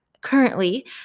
currently